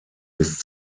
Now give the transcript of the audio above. des